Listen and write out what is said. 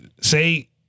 say